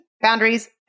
Boundaries